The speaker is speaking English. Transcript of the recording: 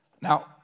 Now